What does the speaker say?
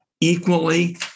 equally